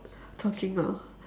talking now